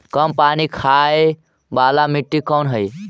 कम पानी खाय वाला मिट्टी कौन हइ?